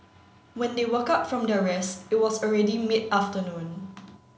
when they woke up from their rest it was already mid afternoon